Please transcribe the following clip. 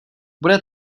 bude